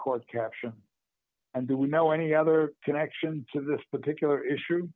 record caption and do we know any other connection to this particular issue